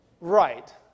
Right